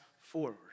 forward